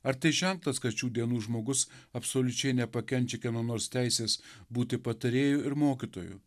ar tai ženklas kad šių dienų žmogus absoliučiai nepakenčia kieno nors teisės būti patarėju ir mokytoju